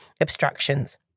obstructions